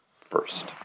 first